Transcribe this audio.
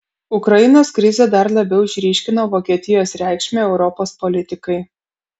ukrainos krizė dar labiau išryškino vokietijos reikšmę europos politikai